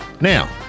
Now